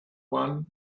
one